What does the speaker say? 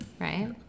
Right